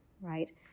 right